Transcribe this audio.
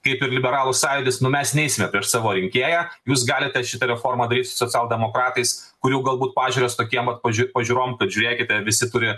kaip ir liberalų sąjūdis nu mes neisime per savo rinkėją jūs galite šitą reformą daryt socialdemokratais kurių galbūt pažiūros tokiem vat pažiū pažiūrom kad žiūrėkite visi turi